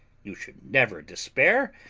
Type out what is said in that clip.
you should never despair,